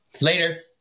Later